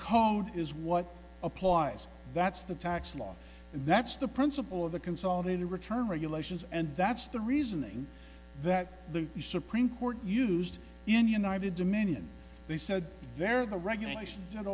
code is what applies that's the tax law and that's the principle of the consolidated return regulations and that's the reasoning that the supreme court used in united dominion they said very the regulation that